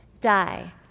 die